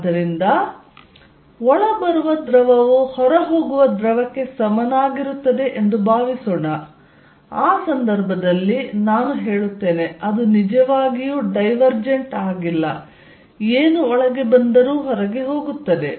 ಆದ್ದರಿಂದ ಒಳ ಬರುವ ದ್ರವವು ಹೊರಹೋಗುವ ದ್ರವಕ್ಕೆ ಸಮನಾಗಿರುತ್ತದೆ ಎಂದು ಭಾವಿಸೋಣ ಆ ಸಂದರ್ಭದಲ್ಲಿ ನಾನು ಹೇಳುತ್ತೇನೆ ಅದು ನಿಜವಾಗಿಯೂ ಡೈವರ್ಜೆಂಟ್ ಆಗಿಲ್ಲ ಏನು ಒಳಗೆ ಬಂದರೂ ಹೊರಗೆ ಹೋಗುತ್ತದೆ